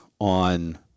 on